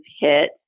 hit